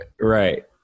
right